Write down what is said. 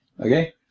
Okay